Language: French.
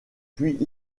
puis